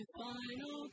final